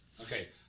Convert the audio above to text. Okay